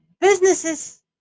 Businesses